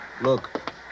look